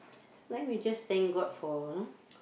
sometime we just thank god for